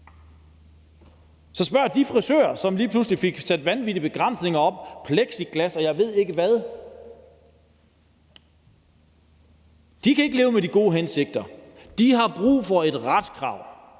Så spørg de frisører, som lige pludselig fik sat vanvittige begrænsninger op – plexiglas, og jeg ved ikke hvad. De kan ikke leve med de gode hensigter. De har brug for et retskrav,